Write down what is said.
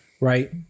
Right